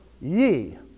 ye